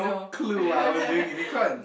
clue what I was doing in econ